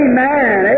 Amen